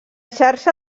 xarxa